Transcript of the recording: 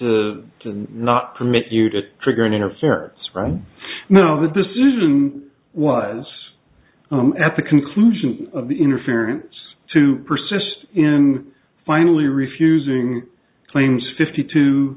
to not permit you to trigger an interference right now the decision was at the conclusion of the interference to persist in finally refusing claims fifty t